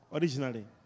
originally